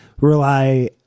rely